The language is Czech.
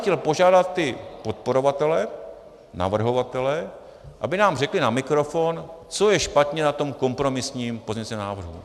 Já bych chtěl požádat ty podporovatele, navrhovatele, aby nám řekli na mikrofon, co je špatně na tom kompromisním pozměňovacím návrhu.